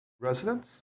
residents